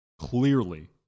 clearly